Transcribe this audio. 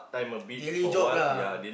jelly job lah